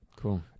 Cool